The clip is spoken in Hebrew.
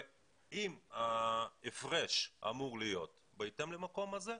אם ההפרש אמור להיות בהתאם למקום הזה,